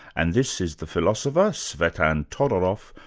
and this is the philosopher, tzvetan todorov,